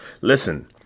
listen